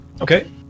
Okay